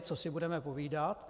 Co si budeme povídat.